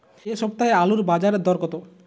এ সপ্তাহে আলুর বাজারে দর কত?